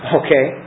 okay